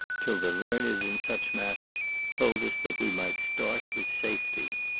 till the learned in such matters told us that we might start with safety.